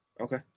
Okay